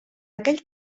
aquell